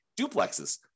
duplexes